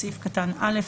בסעיף קטן (א),